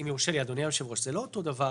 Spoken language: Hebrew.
אם יורשה לי, אדוני היושב-ראש, זה לא אותו דבר.